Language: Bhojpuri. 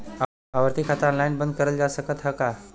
आवर्ती खाता ऑनलाइन बन्द करल जा सकत ह का?